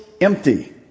empty